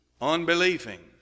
unbelieving